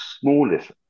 smallest